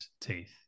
teeth